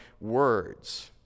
words